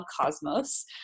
Cosmos